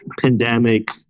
pandemic